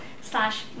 slash